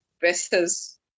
versus